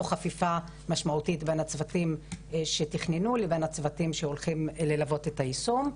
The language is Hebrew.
חפיפה משמעותית בין הצוותים שתכננו לבין הצוותים שהולכים ללוות את היישום.